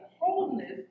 wholeness